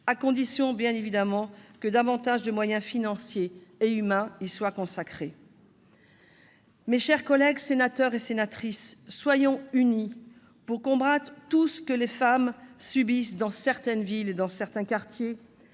à condition, bien évidemment, que davantage de moyens financiers et humains y soient consacrés. Mes chers collègues sénateurs et sénatrices, soyons unis pour combattre tout ce que les femmes subissent dans certaines villes et dans certains quartiers,